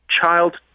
child